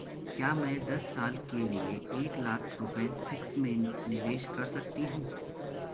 क्या मैं दस साल के लिए एक लाख रुपये फिक्स में निवेश कर सकती हूँ?